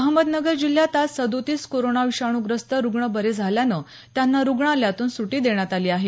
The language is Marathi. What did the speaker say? अहमदनगर जिल्ह्यात आज सदोतीस कोरोना विषाण्य्रस्त रुग्ण बरे झाल्यानं त्यांना रुग्णालयातून सुटी देण्यात आली आहे